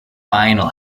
final